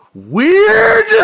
weird